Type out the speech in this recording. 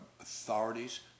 authorities